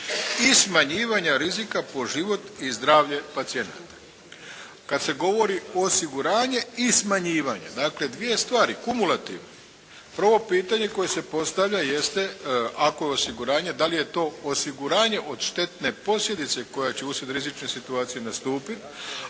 i smanjivanja rizika po život i zdravlje pacijenata. Kad se govori osiguranje i smanjivanje, dakle dvije stvari kumulativno prvo pitanje koje se postavlja jeste ako je osiguranje, da li je to osiguranje od štetne posljedice koja će uslijed rizične situacije nastupiti,